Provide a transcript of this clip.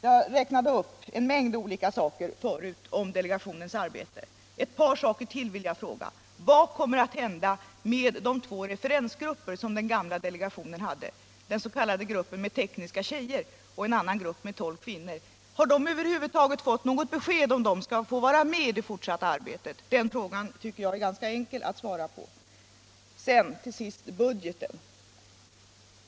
Jag räknade upp en mängd olika saker förut om delegationens arbete, men jag vill ställa ytterligare ett par frågor: Vad kommer att hända med de två referensgrupper som den gamla delegationen hade, den s.k. gruppen med tekniska tjejer och en annan grupp med tolv kvinnor? Har de över huvud taget fått något besked om de skall få vara med i det fortsatta arbetet? De frågorna tycker jag att det borde vara ganska enkelt att svara på. Till sist budgeten.